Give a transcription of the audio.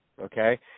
okay